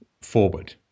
forward